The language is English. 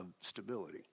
stability